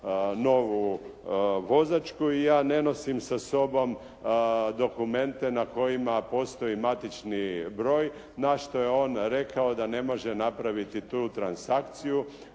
novu vozačku i ja ne nosim sa sobom dokumente na kojima postoji matični broj na što je on rekao da ne može napraviti tu transakciju.